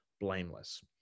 blameless